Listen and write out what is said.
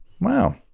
Wow